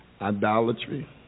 idolatry